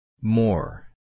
More